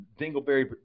dingleberry